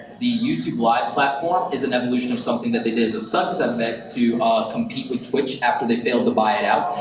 the youtube live platform is an evolution of something that they did as a subsegment to compete with twitch after they failed to buy it out,